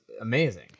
amazing